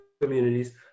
communities